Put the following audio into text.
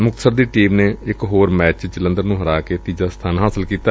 ਮੁਕਤਸਰ ਦੀ ਟੀਮ ਨੇ ਇਕ ਹੋਰ ਮੈਚ ਚ ਜਲੰਧਰ ਨੂੰ ਹਰਾ ਕੇ ਤੀਜਾ ਸਥਾਨ ਹਾਸਲ ਕੀਤਾ